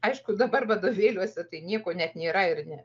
aišku dabar vadovėliuose tai nieko net nėra ir ne